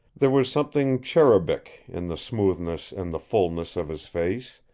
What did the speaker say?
there was something cherubic in the smoothness and the fullness of his face,